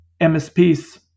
MSPs